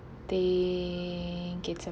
think it's a